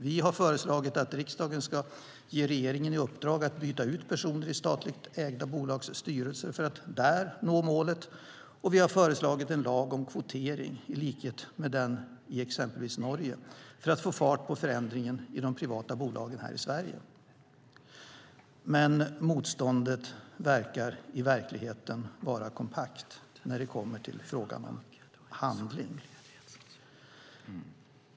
Vi har föreslagit att riksdagen ska ge regeringen i uppdrag att byta ut personer i statligt ägda bolags styrelser för att där nå målet. Vi har föreslagit en lag om kvotering i likhet med den i exempelvis Norge för att få fart på förändringarna i de privata bolagen här i Sverige. Men motståndet ser i verkligheten ut att vara kompakt när det kommer till frågan om handling.